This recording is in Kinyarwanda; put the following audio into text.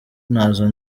ntazo